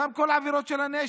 גם את כל עבירות הנשק,